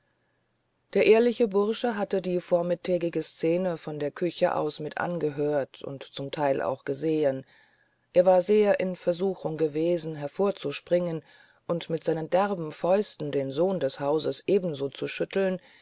der ehrliche bursche hatte die vormittägige szene von der küche aus mit angehört und zum teil auch gesehen er war sehr in versuchung gewesen hervorzuspringen und mit seinen derben fäusten den sohn des hauses ebenso zu schütteln